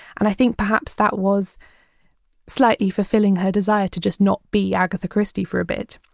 and i think perhaps that was slightly fulfilling her desire to just not be agatha christie for a bit.